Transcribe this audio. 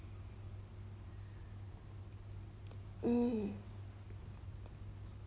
hmm